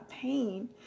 pain